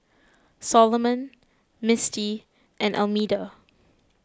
Solomon Misti and Almeda